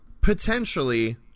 potentially